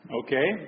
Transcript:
okay